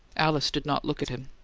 alice did not look at him.